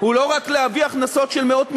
היא לא רק להביא הכנסות של מאות מיליארדים,